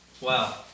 Wow